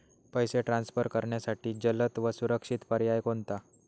पैसे ट्रान्सफर करण्यासाठी जलद व सुरक्षित पर्याय कोणता?